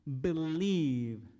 believe